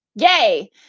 Yay